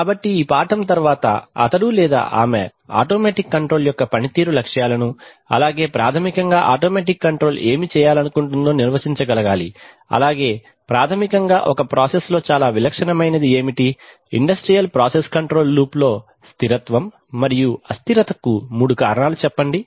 కాబట్టి ఈ పాఠం తరువాతఅతడు లేదా ఆమె ఆటోమేటిక్ కంట్రోల్ యొక్క పనితీరు లక్ష్యాలను అలాగేప్రాథమికంగా ఆటోమేటిక్ కంట్రోల్ ఏమి చేయాలనుకుంటుందో నిర్వచించగలగాలి అలాగే ప్రాథమికంగా ఒక ప్రాసెస్ లో చాలా విలక్షణమైనది ఏమిటి ఇండస్ట్రియల్ ప్రాసెస్ కంట్రోల్ లూప్లో స్థిరత్వం స్టెబిలిటీ మరియు అస్థిరతకు ఇన్ స్టెబిలిటీ మూడు కారణాలు చెప్పండి